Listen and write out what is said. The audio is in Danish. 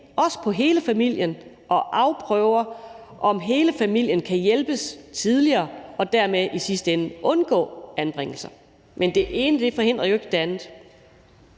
over for hele familien og afprøver, om hele familien kan hjælpes tidligere og dermed i sidste ende undgå anbringelser. Men det ene forhindrer jo ikke det andet.